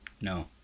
No